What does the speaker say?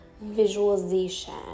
visualization